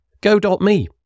go.me